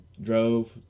Drove –